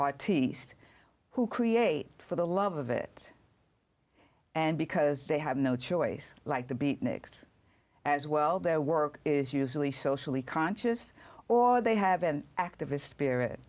tista who create for the love of it and because they have no choice like the beatniks as well their work is usually socially conscious or they have an activist spirit